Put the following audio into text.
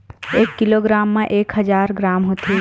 एक किलोग्राम मा एक हजार ग्राम होथे